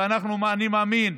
ואני מאמין,